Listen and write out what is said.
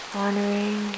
honoring